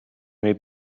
may